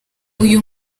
uyu